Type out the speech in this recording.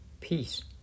peace